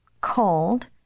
cold